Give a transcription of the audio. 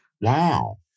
Wow